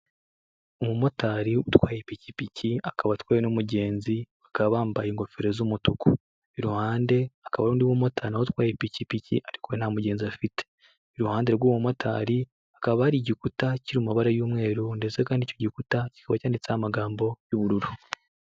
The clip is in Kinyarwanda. Umumotari utwaye ipikipiki akaba atwaye n'umugenzi bakaba bambaye ingofero z'umutuku ,iruhande hakaba undi mumotari nawe utwaye ipikipiki ariko nta mugenzi afite, iruhande rw'uwo mumotari hakaba hari igikuta kiri mu mabara y'umweru ndetse kandi icyo gikuta kikaba cyanditseho amagambo y'ubururu.